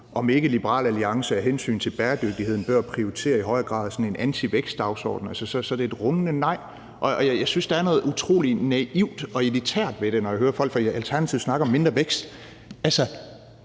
om ikke Liberal Alliance af hensyn til bæredygtigheden i højere grad bør prioritere sådan en antivækstdagsorden, er det et rungende nej. Jeg synes, der er noget utrolig naivt og elitært ved det, når jeg hører folk fra Alternativet snakke om mindre vækst.